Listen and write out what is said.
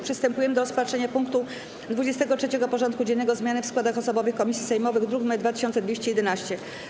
Przystępujemy do rozpatrzenia punktu 23. porządku dziennego: Zmiany w składach osobowych komisji sejmowych (druk nr 2211)